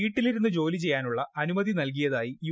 വീട്ടിലിരുന്ന് ജോലിക് ചെയ്യാനുള്ള അനുമതി നൽകിയതായി യു